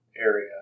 area